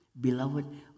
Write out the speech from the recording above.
Beloved